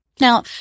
Now